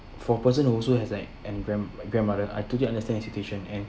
for person who also has like an grand~ grandmother I totally understand her situation and